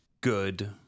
good